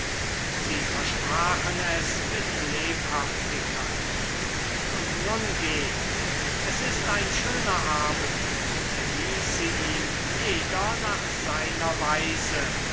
sie versprachen es mit lebhaftigkeit und nun geht es ist ein schöner abend genieße ihn jeder nach seiner weise